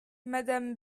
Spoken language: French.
madame